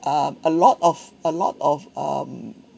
um a lot of a lot of um